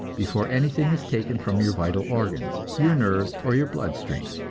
before anything is taken from your vital organs, your nerves or your blood-stream.